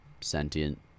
sentient